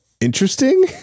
Interesting